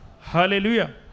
Hallelujah